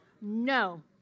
no